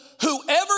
whoever